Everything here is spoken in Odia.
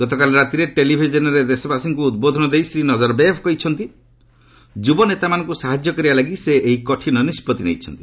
ଗତକାଲି ରାତିରେ ଟେଲିଭିଜନ୍ରେ ଦେଶବାସୀଙ୍କୁ ଉଦ୍ବୋଧନ ଦେଇ ଶ୍ରୀ ନଜରବେୟଭ୍ କହିଛନ୍ତି ଯୁବନେତାମାନଙ୍କୁ ସାହାଯ୍ୟ କରିବା ଲାଗି ସେ ଏହି କଠିନ ନିଷ୍ପଭି ନେଇଛନ୍ତି